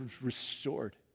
restored